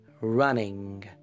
running